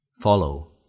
follow